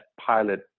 pilot